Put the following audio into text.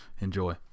enjoy